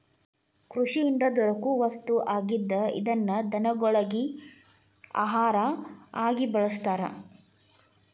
ಕೃಷಿಯಿಂದ ದೊರಕು ವಸ್ತು ಆಗಿದ್ದ ಇದನ್ನ ದನಗೊಳಗಿ ಆಹಾರಾ ಆಗಿ ಬಳಸ್ತಾರ